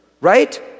Right